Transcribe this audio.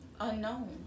unknown